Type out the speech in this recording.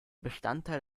bestandteil